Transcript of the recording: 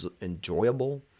enjoyable